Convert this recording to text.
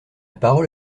parole